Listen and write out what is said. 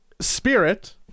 Spirit